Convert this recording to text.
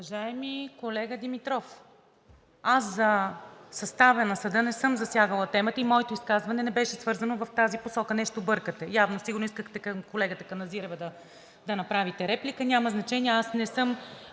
Уважаеми колега Димитров, аз за състава на съда не съм засягала темата и моето изказване не беше в тази посока – нещо бъркате, явно сигурно към колегата Каназирева да направите реплика. Няма значение, аз не съм